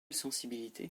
sensibilité